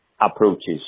approaches